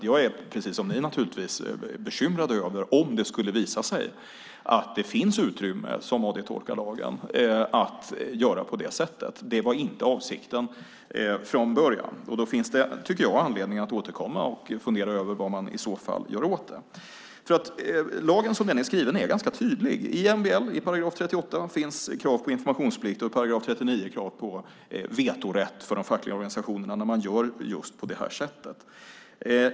Jag är, precis som ni, bekymrad om det skulle visa sig att det finns utrymme, som Arbetsdomstolen tolkar lagen, att göra på det sättet. Det var inte avsikten från början. Då finns det anledning att återkomma och fundera över vad man i så fall ska göra åt det. Lagen som den är skriven är ganska tydlig. I MBL:s § 38 finns krav på informationsplikt och i § 39 krav på vetorätt för de fackliga organisationerna när man gör på detta sätt.